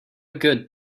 good